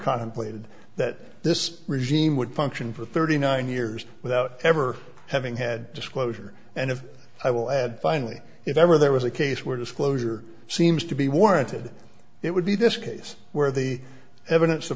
contemplated that this regime would function for thirty nine years without ever having had disclosure and if i will add finally if ever there was a case where disclosure seems to be warranted it would be this case where the evidence o